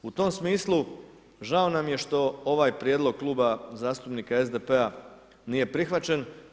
U tom smislu, žao nam što ovaj prijedlog Kluba zastupnika SDP-a nije prihvaćen.